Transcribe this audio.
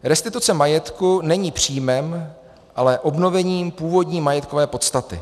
Restituce majetku není příjmem, ale obnovením původní majetkové podstaty.